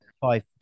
five